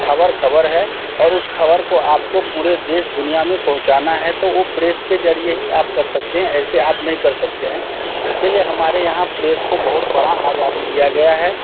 ख़बर ख़बर है और उस ख़बर को आप पुरे देश दुनिया में पहुँचाना है तो वो प्रेस के ज़रिए ही आप कर सकते हैं ऐसे आप नहीं कर सकते हैं इस के लिए हमारे यहाँ प्रेस को बहुत बड़ी आज़ादी दिया गया है